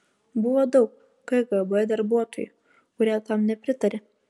buvo daug kgb darbuotojų kurie tam nepritarė